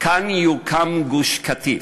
כאן יוקם גוש-קטיף.